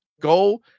Go